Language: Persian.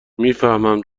میفهمم